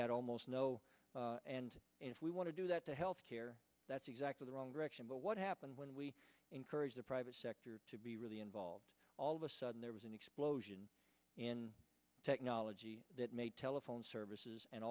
had almost no and if we want to do that the health care that's exactly the wrong direction but what happened when we encourage the private sector to be really involved all of a sudden there was an explosion in technology that made telephone services and